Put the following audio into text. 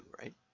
right